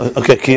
okay